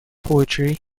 poetry